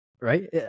right